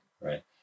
right